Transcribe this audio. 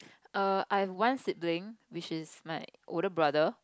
err I have one sibling which is my older brother